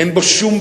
אין בו שום,